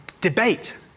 debate